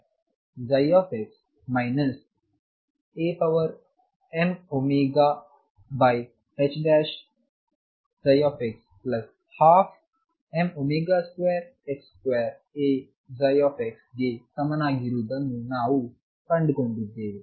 ಮತ್ತು ಇದು ಸ್ಥಿರ Amω2x2x Amωx12m2x2Aψ ಗೆ ಸಮನಾಗಿರುವುದನ್ನು ನಾವು ಕಂಡುಕೊಂಡಿದ್ದೇವೆ